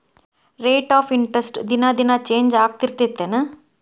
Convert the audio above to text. rate of interest ದಿನಾ ದಿನಾ change ಆಗ್ತಿರತ್ತೆನ್